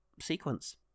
sequence